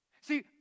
See